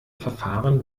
verfahren